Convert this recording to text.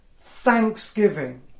thanksgiving